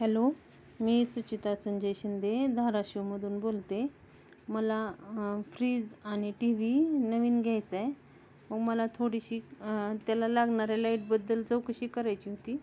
hello मी सुचेता संजय शिंदे धाराशिवमधून बोलते मला फ्रीज आणि टी व्ही नवीन घ्यायचं आहे मग मला थोडीशी त्याला लागणाऱ्या लाईटबद्दल चौकशी करायची होती